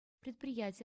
предприяти